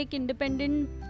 independent